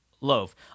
loaf